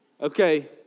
Okay